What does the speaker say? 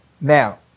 Now